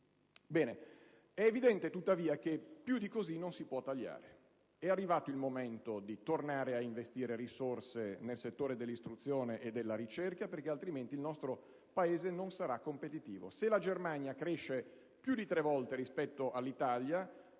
numero di studenti è inferiore alla media OCSE. È arrivato il momento di tornare ad investire risorse nel settore dell'istruzione e della ricerca, perché altrimenti il nostro Paese non sarà competitivo. Se la Germania cresce più di tre volte rispetto all'Italia